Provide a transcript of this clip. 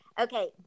Okay